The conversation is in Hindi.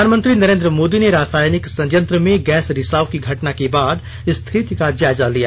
प्रधानमंत्री नरेंद्र मोदी ने रासायनिक संयत्र में गैस रिसाव की घटना के बाद स्थिति का जायजा लिया